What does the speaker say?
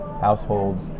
households